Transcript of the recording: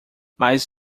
mas